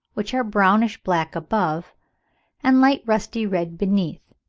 which are brownish-black above and light rusty-red beneath,